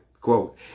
quote